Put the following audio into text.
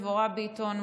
דבורה ביטון,